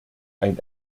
ein